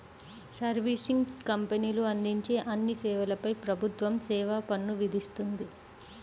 servicing కంపెనీలు అందించే అన్ని సేవలపై ప్రభుత్వం సేవా పన్ను విధిస్తుంది